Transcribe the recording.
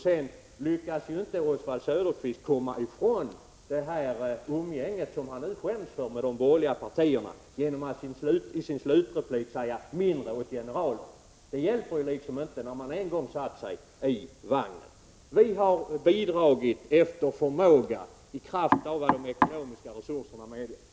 Sedan lyckas inte Oswald Söderqvist komma ifrån det umgänge med de borgerliga partierna som han nu skäms för genom att i sin slutreplik säga: mindre åt generalerna. Det hjälper liksom inte när man en gång har satt sig i vagnen. Vi har lämnat bidrag så långt de ekonomiska resurserna har medgett.